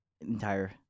entire